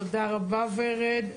תודה רבה, ורד.